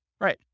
Right